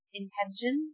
intention